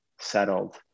settled